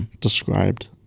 described